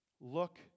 Look